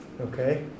Okay